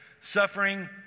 Suffering